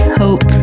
hope